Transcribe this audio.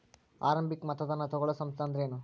ಆರಂಭಿಕ್ ಮತದಾನಾ ತಗೋಳೋ ಸಂಸ್ಥಾ ಅಂದ್ರೇನು?